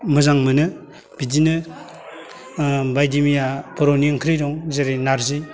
मोजां मोनो बिदिनो बायदिमैया बर'नि ओंख्रि दं जेरै नारजि